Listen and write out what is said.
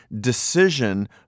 decision